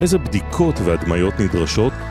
איזה בדיקות והדמיות נדרשות